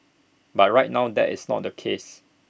but right now that is not the case